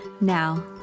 Now